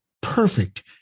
perfect